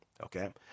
okay